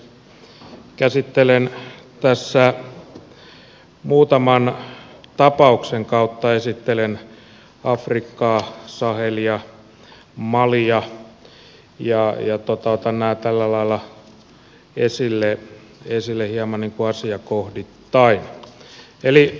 käsittelen tässä muutaman tapauksen kautta esittelen afrikkaa sahelia malia ja otan nämä tällä lailla esille hieman niin kuin asiakohdittain